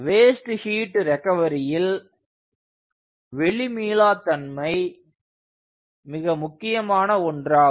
waste heat ரெகவரியில் வெளி மீளா தன்மை மிக முக்கியமான ஒன்றாகும்